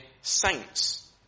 saints